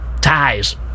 ties